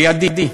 לידי,